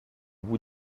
bout